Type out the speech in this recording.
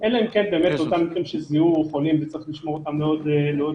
אלא אם כן באמת אותם מקרים של --- וצריך לשמור אותם לעוד זמן.